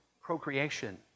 procreation